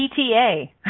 PTA